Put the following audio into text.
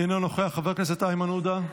אינו נוכח, חבר הכנסת איימן עודה,